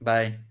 Bye